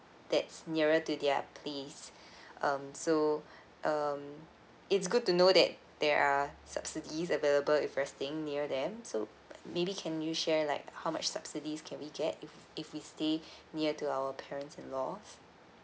that's nearer to their place um so um it's good to know that there are subsidies available if we're staying near them so maybe can you share like how much subsidies can we get if we stay near to our parents in law